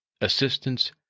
assistance